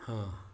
ହଁ